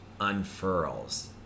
unfurls